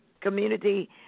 community